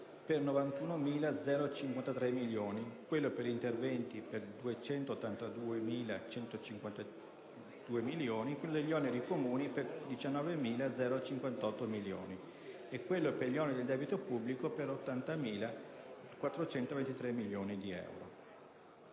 per 91.053 milioni, quello per interventi per 282.152 milioni, quello degli oneri comuni per 19.058 milioni e quello per gli oneri del debito pubblico per 80.423 milioni di euro,